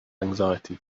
anxiety